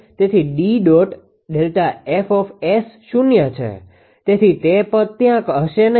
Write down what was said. તેથી Dશૂન્ય છે તેથી તે પદ ત્યાં હશે નહીં